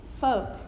folk